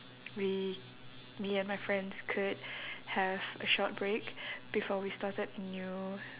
we me and my friends could have a short break before we started the new